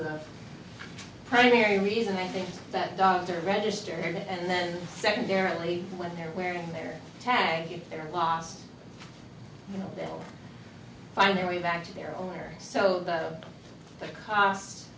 good primary reason i think that dogs are registered and then secondarily when they're wearing their tag their last you know find their way back to their owners so the co